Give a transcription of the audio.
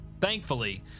Thankfully